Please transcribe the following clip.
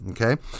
Okay